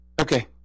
Okay